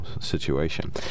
situation